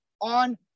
on